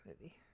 movie